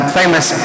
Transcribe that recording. famous